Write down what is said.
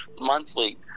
monthly